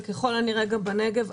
וככל הנראה גם בנגב,